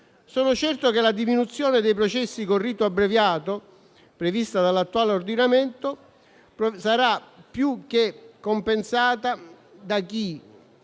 sono certo che la diminuzione dei processi con rito abbreviato prevista dall'attuale ordinamento sarà più che compensata da chi,